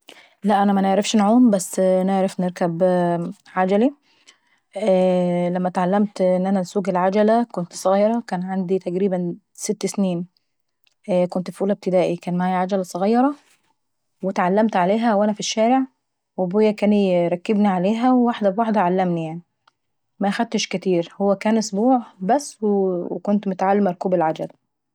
لا انا منعرفش نعوم، بس نعرف نركب عجلي. لما اتعلمت العجلة كنت ظغيرة كنت تقريبا عندي ست سنيني وكنت ف أولى ابتدائي. كان معاية عجلة ظغيرة ، واتعلمت عليها وانا في الشارع وابويا كان يركبني عليها وواحدة بواحدة علمني. مخدتش كاتير هو بس كان أسبوع وكنت اتعلمت ركوب العجل.